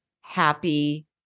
happy